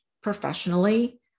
professionally